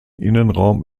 innenraum